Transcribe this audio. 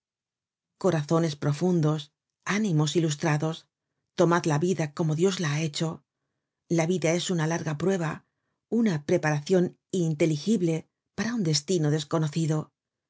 corazones profundos ánimos ilustrados tomad la vida como dios la ha hecho la vida es una larga prueba una preparacion ininteligible para un destino desconocido